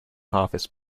harvest